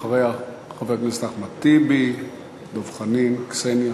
אחריה, חברי הכנסת אחמד טיבי, דב חנין, קסניה